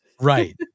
right